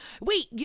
wait